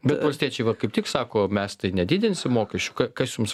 bet valstiečiai va kaip tik sako mes tai nedidinsim mokesčių kas jums